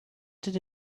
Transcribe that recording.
did